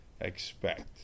expect